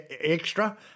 extra